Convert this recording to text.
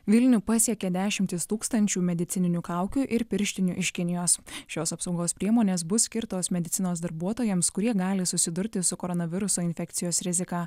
vilnių pasiekė dešimtys tūkstančių medicininių kaukių ir pirštinių iš kinijos šios apsaugos priemonės bus skirtos medicinos darbuotojams kurie gali susidurti su koronaviruso infekcijos rizika